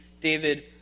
David